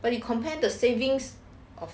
but you compared to savings of